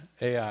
ai